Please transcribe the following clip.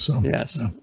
Yes